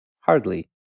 Hardly